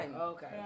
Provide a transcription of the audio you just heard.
Okay